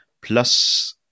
plus